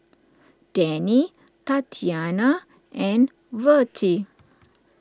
Denny Tatyanna and Vertie